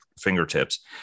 fingertips